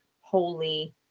holy